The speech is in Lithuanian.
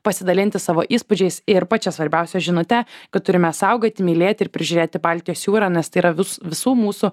pasidalinti savo įspūdžiais ir pačia svarbiausia žinute kad turime saugoti mylėti ir prižiūrėti baltijos jūrą nes tai yra vis visų mūsų